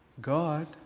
God